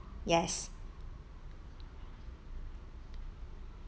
yes